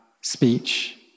speech